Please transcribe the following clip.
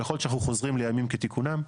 ויכול להיות שאנחנו חוזרים לימים כתיקונם,